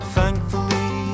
Thankfully